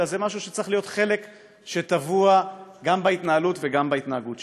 אלא זה משהו שצריך להיות חלק שטבוע גם בהתנהלות וגם בהתנהגות שלנו.